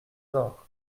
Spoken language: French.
sort